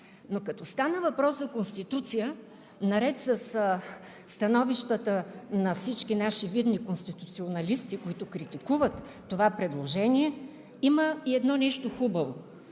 Но като стана въпрос за Конституция, наред със становищата на всички наши видни конституционалисти, които критикуват това предложение, има и едно нещо хубаво,